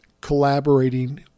collaborating